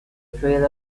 trail